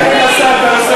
הם לא עקביים,